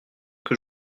que